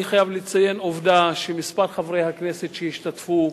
אני חייב לציין עובדה: מספר חברי הכנסת שהשתתפו,